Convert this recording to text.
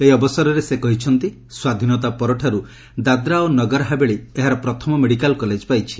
ଏହି ଅବସରରେ ସେ କହିଛନ୍ତି ସ୍ୱାଧୀନତା ପରଠାରୁ ଦାଦ୍ରା ଓ ନଗରହାବେଳି ଏହାର ପ୍ରଥମ ମେଡିକାଲ୍ କଲେଜ୍ ପାଇଛି